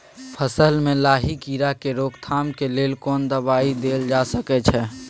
फसल में लाही कीरा के रोकथाम के लेल कोन दवाई देल जा सके छै?